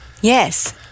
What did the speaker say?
Yes